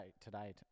today